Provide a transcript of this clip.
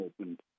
opened